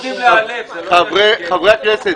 חברי הכנסת,